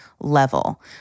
level